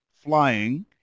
flying